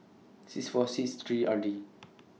six four six three R D